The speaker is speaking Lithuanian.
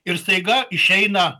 ir staiga išeina